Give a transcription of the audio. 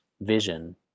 vision